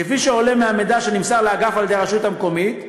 כפי שעולה מהמידע שנמסר לאגף על-ידי הרשות המקומית,